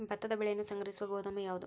ಭತ್ತದ ಬೆಳೆಯನ್ನು ಸಂಗ್ರಹಿಸುವ ಗೋದಾಮು ಯಾವದು?